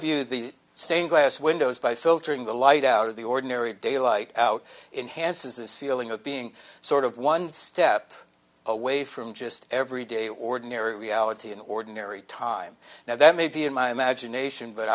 view the stained glass windows by filtering the light out of the ordinary daylight out inhance is this feeling of being sort of one step away from just everyday ordinary reality in ordinary time now that may be in my imagination but